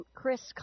Chris